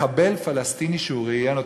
מחבל פלסטיני שהוא ראיין בסתר.